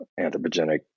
anthropogenic